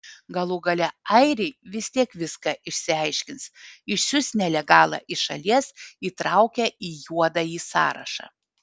galų gale airiai vis tiek viską išsiaiškins išsiųs nelegalą iš šalies įtraukę į juodąjį sąrašą